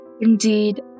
Indeed